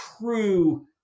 true